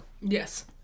Yes